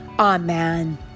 Amen